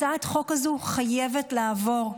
הצעת החוק הזו חייבת לעבור.